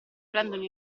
prendono